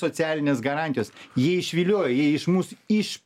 socialinės garantijos jie išvilioja jie iš mūs iš